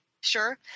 Sure